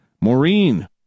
Maureen